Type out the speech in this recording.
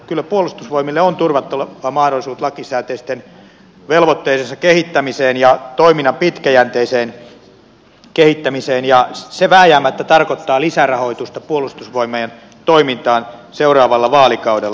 kyllä puolustusvoimille on turvattava mahdollisuus lakisääteisten velvoitteidensa kehittämiseen ja toiminnan pitkäjänteiseen kehittämiseen ja se vääjäämättä tarkoittaa lisärahoitusta puolustusvoimien toimintaan seuraavalla vaalikaudella